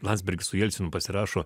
landsbergis su jelcinu pasirašo